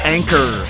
Anchor